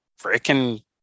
freaking